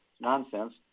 nonsense